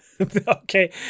Okay